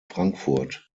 frankfurt